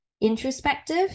introspective